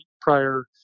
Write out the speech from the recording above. prior